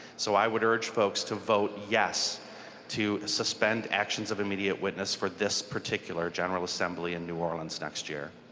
so i would urge folks to vote yes to suspend actions of immediate witness for this particular general assembly in new orleans next year.